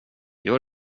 gör